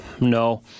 No